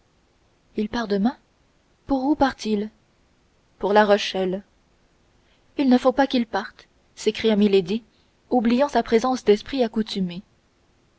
il part demain pour où part il pour la rochelle il ne faut pas qu'il parte s'écria milady oubliant sa présence d'esprit accoutumée